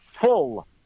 full